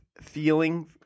feeling